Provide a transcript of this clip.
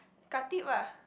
Khatib ah